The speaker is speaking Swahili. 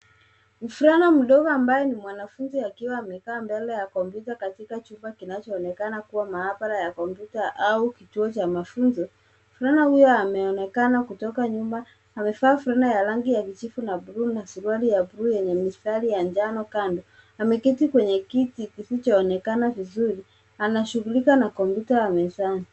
Mvulana mdogo ambaye ni mwanafunzi akiwa amekaa mbele ya kompyuta katika chumba kinachoonekana kuwa maabara ya kompyuta au kituo cha mfunzo. Mvulana huyo ameonekana kutoka nyuma. Amevaa fulana ya rangi ya kijivu na bluu na suruali ya bluu yenye mistari ya njano kando. Ameketi kwenye kiti kisichoonekana vizuri. Anashughulika na kompyuta ya mezani.